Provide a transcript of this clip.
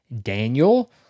Daniel